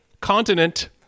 continent